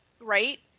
right